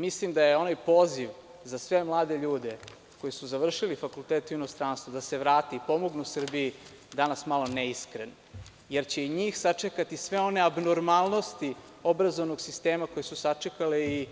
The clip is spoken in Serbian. Mislim da je onaj poziv za sve mlade ljude koji su završili fakultete u inostranstvu da se vrate i pomognu Srbiji danas malo neiskren, jer će i njih sačekati sve one abnormalnosti obrazovnog sistema koje su sačekale i